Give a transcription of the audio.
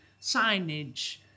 signage